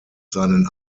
seinen